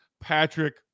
Patrick